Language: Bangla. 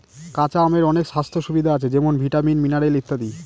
কাঁচা আমের অনেক স্বাস্থ্য সুবিধা আছে যেমন ভিটামিন, মিনারেল ইত্যাদি